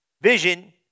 Vision